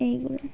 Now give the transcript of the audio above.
এইগুলো